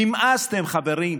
נמאסתם, חברים.